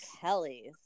Kelly's